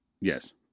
Yes